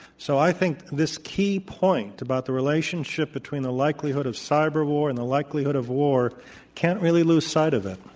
so i think this key point about the relationship between the likelihood of cyber war and the likelihood of war can't really lose sight of it.